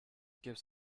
gives